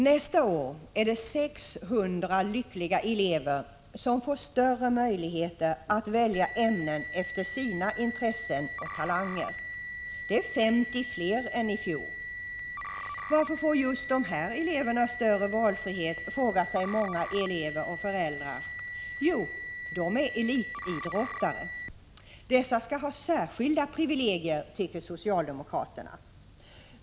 Nästa år är det 600 lyckliga elever som får större möjlighet att välja ämnen efter sina intressen och talanger. Det är 50 fler än i fjol. Varför får just de här eleverna större valfrihet? frågar sig många elever och föräldrar. Jo, de är elitidrottare. Dessa skall ha särskilda privilegier, tycker socialdemokraterna.